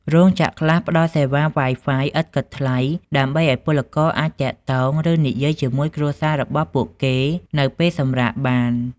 រោងចក្រខ្លះផ្តល់សេវា Wi-Fi ឥតគិតថ្លៃ ដើម្បីឱ្យពលករអាចទាក់ទង ឬនិយាយជាមួយគ្រួសាររបស់ពួកគេនៅពេលសម្រាកបាន។